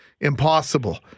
impossible